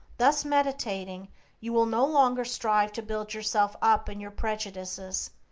thus meditating you will no longer strive to build yourself up in your prejudices,